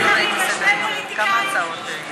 שני שרים ושני פוליטיקאים.